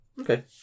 Okay